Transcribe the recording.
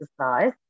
exercise